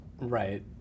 Right